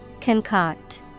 Concoct